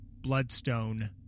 bloodstone